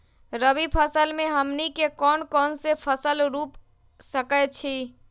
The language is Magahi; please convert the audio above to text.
रबी फसल में हमनी के कौन कौन से फसल रूप सकैछि?